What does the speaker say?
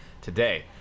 today